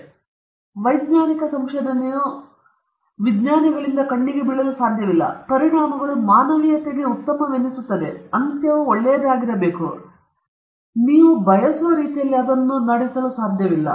ಆದ್ದರಿಂದ ವೈಜ್ಞಾನಿಕ ಸಂಶೋಧನೆಯು ವಿಜ್ಞಾನಿಗಳಿಂದ ಕಣ್ಣಿಗೆ ಬೀಳಲು ಸಾಧ್ಯವಿಲ್ಲ ಏಕೆಂದರೆ ಪರಿಣಾಮಗಳು ಮಾನವೀಯತೆಗೆ ಉತ್ತಮವೆನಿಸುತ್ತದೆ ಅಂತ್ಯವು ಒಳ್ಳೆಯದು ನೀವು ಬಯಸುವ ರೀತಿಯಲ್ಲಿ ನೀವು ಅದನ್ನು ನಡೆಸಲು ಸಾಧ್ಯವಿಲ್ಲ